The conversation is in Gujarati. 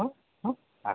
હો હો હાં